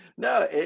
No